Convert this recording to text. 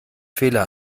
fehler